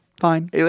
fine